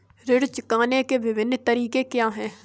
ऋण चुकाने के विभिन्न तरीके क्या हैं?